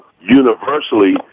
universally